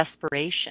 desperation